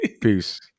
peace